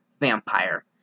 vampire